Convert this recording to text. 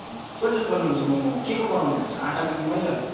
कसरी बनाउनु हुन्छ केको बनाउनु हुन्छ आटाको कि मैदाको